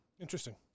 Interesting